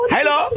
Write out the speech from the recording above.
Hello